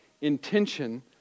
intention